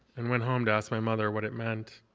and went home to ask my mother what it meant.